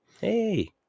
Hey